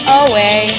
away